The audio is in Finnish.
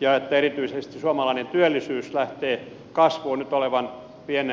ja että erityisesti suomalainen työllisyys lähtee kasvuun nyt olevan pienen notkahduksen jälkeen